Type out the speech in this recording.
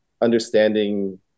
understanding